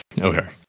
okay